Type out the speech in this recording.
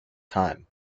time